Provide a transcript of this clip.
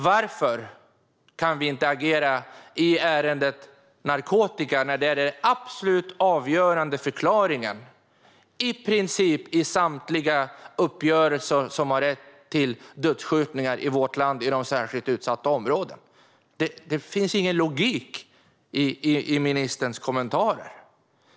Varför kan vi inte agera i ärendet narkotika när det är den absolut avgörande förklaringen när det gäller i princip samtliga uppgörelser som har lett till dödsskjutningar i de särskilt utsatta områdena i vårt land? Det finns ingen logik i ministerns kommentarer.